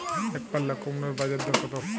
একপাল্লা কুমড়োর বাজার দর কত?